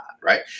Right